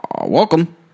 Welcome